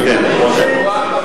כי הוא בורח מהחוק, לא רוצה לתמוך בו.